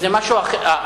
זה משהו אחר.